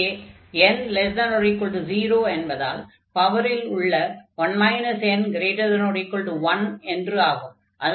இங்கே n≤0 என்பதால் பவரில் உள்ள 1 n≥1 என்று ஆகும்